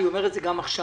אני אומר את זה גם עכשיו: